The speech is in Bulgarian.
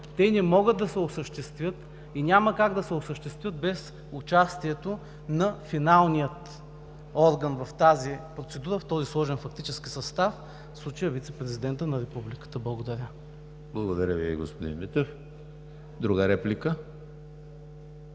те не могат да се осъществят и няма как да се осъществят без участието на финалния орган в тази процедура, в този сложен фактически състав, в случая вицепрезидента на Републиката. Благодаря. ПРЕДСЕДАТЕЛ ЕМИЛ ХРИСТОВ: Благодаря Ви, господин Митев. Друга реплика?